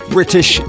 British